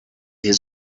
his